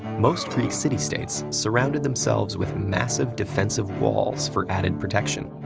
most greek city-states surrounded themselves with massive defensive walls for added protection.